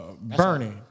Bernie